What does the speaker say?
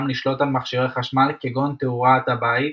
לשלוט על מכשירי חשמל כגון תאורת הבית,